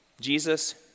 Jesus